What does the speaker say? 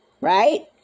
Right